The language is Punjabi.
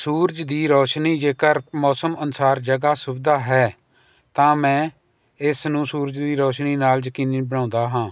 ਸੂਰਜ ਦੀ ਰੌਸ਼ਨੀ ਜੇਕਰ ਮੌਸਮ ਅਨੁਸਾਰ ਜਗ੍ਹਾ ਸੁਵਿਧਾ ਹੈ ਤਾਂ ਮੈਂ ਇਸ ਨੂੰ ਸੂਰਜ ਦੀ ਰੌਸ਼ਨੀ ਨਾਲ ਯਕੀਨੀ ਬਣਾਉਂਦਾ ਹਾਂ